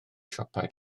siopau